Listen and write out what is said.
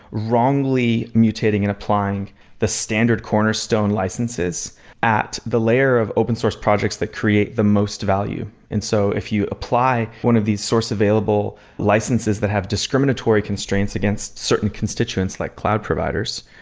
wrongly mutating and applying the standard cornerstone licenses licenses at the layer of open source projects that create the most value. and so if you apply one of these source available licenses that have discriminatory constraints against certain constituents, like cloud providers,